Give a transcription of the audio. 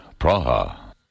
Praha